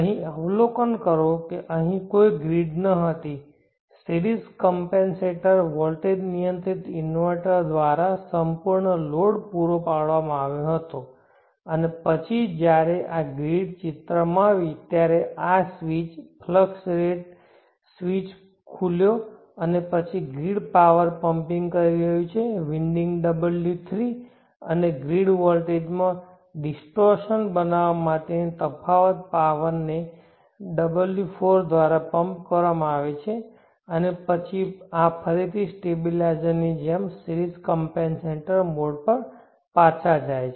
અહીં અવલોકન કરો કે અહીં કોઈ ગ્રીડ ન હતી સિરીઝ કમપેનસેટર વોલ્ટેજ નિયંત્રિત ઇન્વર્ટર દ્વારા સંપૂર્ણ લોડ પૂરા પાડવામાં આવ્યો હતો અને પછી જ્યારે આ ગ્રિડ ચિત્રમાં આવી ત્યારે આ સ્વીચ ફ્લક્સ રેટ સ્વીચ ખુલ્યો અને પછી ગ્રીડ પાવર પંમ્પિંગ કરી રહ્યું છે વિન્ડિંગ W3 અને ગ્રીડ વોલ્ટેજમાં ડિસ્ટોર્શન બનાવવા માટેની તફાવત પાવર ને W4 દ્વારા પંપ કરવામાં આવે છે અને પછી આ ફરીથી સ્ટેબિલાઇઝરની જેમ સિરીઝ કમપેનસેટર મોડ પર પાછા જાય છે